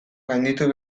gainditu